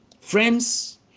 Friends